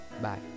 bye